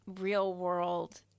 real-world